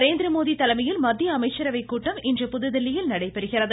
நரேந்திரமோடி தலைமையில் மத்திய அமைச்சரவை கூட்டம் இன்று புதுதில்லியில் நடைபெறுகிறது